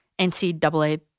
NCAA